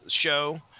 show